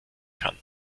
kann